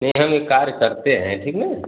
नहीं हम कार्य करते हैं ठीक ना